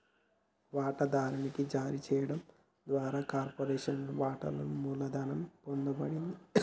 వాటాదారునికి జారీ చేయడం ద్వారా కార్పొరేషన్లోని వాటాలను మూలధనం పొందబడతది